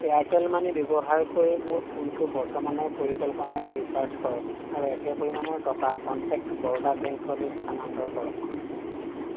Airtel money ব্যৱহাৰ কৰি মোৰ ফোনটো বৰ্তমানৰ পৰিকল্পনাৰে ৰিচাৰ্জ কৰক আৰু একে পৰিমাণৰ টকা কনটেক্ট বৰোদা বেংকলৈ স্থানান্তৰ কৰক